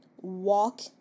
walk